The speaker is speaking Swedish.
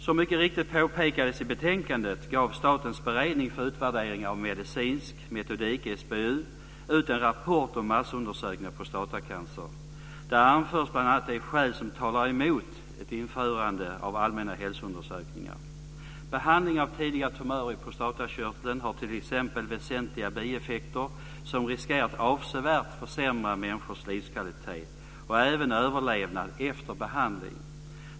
Som mycket riktigt påpekas i betänkandet gav Statens beredning för utvärdering av medicinsk metodik, SBU, ut en rapport om massundersökning av prostatacancer. Där anförs bl.a. de skäl som talar emot införandet av allmänna hälsoundersökningar. Behandlingen av tidiga tumörer i prostatakörteln har t.ex. väsentliga bieffekter som riskerar att avsevärt försämra människors livskvalitet och även överlevnad efter behandling.